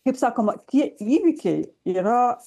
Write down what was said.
kaip sakoma tie įvykiai yra